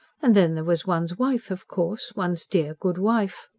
and then, there was one's wife, of course one's dear, good wife.